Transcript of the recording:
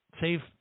Save